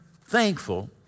thankful